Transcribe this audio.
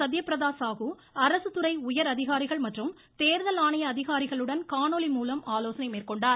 சத்யபிரதா சாகு அரசுத்துறை உயர் அதிகாரிகள் மற்றும் தேர்தல் ஆணைய அதிகாரிகளுடன் காணொலி மூலம் ஆலோசனை மேற்கொண்டார்